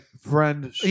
friend